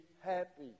happy